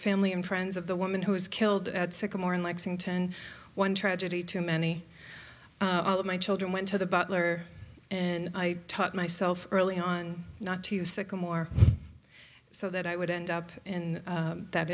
family and friends of the woman who was killed at sycamore in lexington one tragedy too many of my children went to the butler and i taught myself early on not to sycamore so that i would end up in that